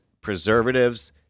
preservatives